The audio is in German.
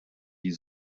die